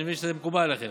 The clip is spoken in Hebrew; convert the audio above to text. אני מבין שזה מקובל עליכם.